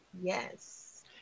Yes